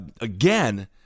Again